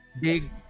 big